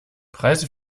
preise